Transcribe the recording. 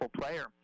player